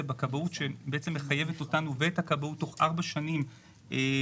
בכבאות שמחייבת אותנו ואת הכבאות תוך ארבע שנים להיפטר,